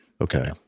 Okay